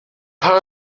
part